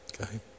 okay